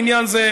בעניין זה,